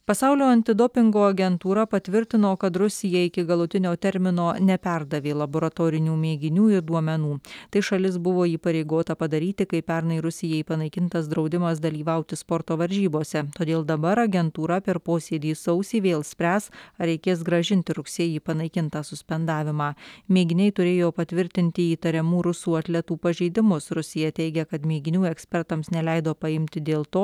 pasaulio antidopingo agentūra patvirtino kad rusija iki galutinio termino neperdavė laboratorinių mėginių ir duomenų tai šalis buvo įpareigota padaryti kai pernai rusijai panaikintas draudimas dalyvauti sporto varžybose todėl dabar agentūra per posėdį sausį vėl spręs ar reikės grąžinti rugsėjį panaikintą suspendavimą mėginiai turėjo patvirtinti įtariamų rusų atletų pažeidimus rusija teigia kad mėginių ekspertams neleido paimti dėl to